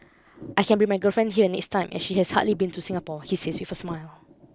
I can bring my girlfriend here next time as she has hardly been to Singapore he says with a smile